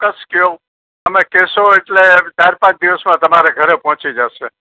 ચોક્કસ કહો અમે કહેશો એટલે ચાર પાંચ દિવસમાં તમારે ઘરે પહોંચી જશે